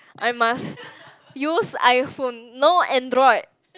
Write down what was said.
I must use iPhone no android